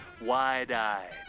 wide-eyed